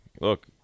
look